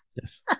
Yes